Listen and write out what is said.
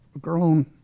grown